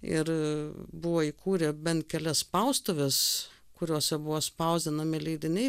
ir buvo įkūrę bent kelias spaustuves kuriose buvo spausdinami leidiniai